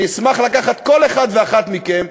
אני אשמח לקחת כל אחד ואחת מכם.